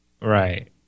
Right